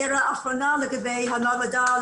הערה אחרונה לגביה מעבדה